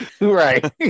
right